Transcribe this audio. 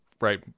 right